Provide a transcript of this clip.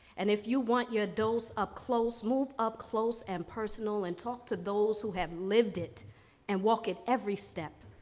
and if you want your dose up close, move up close and personal and talk to those have lived it and walk at every step.